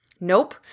Nope